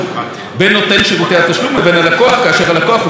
התשלום לבין לקוח כאשר הלקוח הוא צד לעסקה נושאת התשלום,